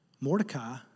Mordecai